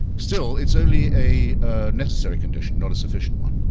still, it's only a necessary condition, not a sufficient one.